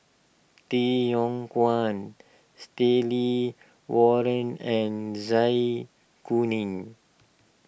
Tay Yong Kwang Stanley Warren and Zai Kuning